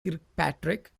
kirkpatrick